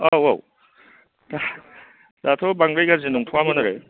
औ औ दा दाथ' बांद्राय गाज्रि नंथ'वामोन आरो